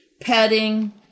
petting